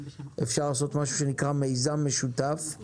אפשר לעשות משהו שנקרא מיזם משותף.